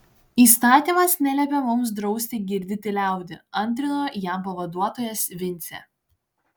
įstatymas neliepia mums drausti girdyti liaudį antrino jam pavaduotojas vincė